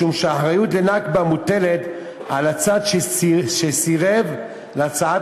משום שהאחריות לנכבה מוטלת על הצד שסירב להצעת